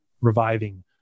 reviving